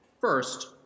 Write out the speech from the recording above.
first